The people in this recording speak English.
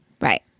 Right